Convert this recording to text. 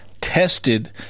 tested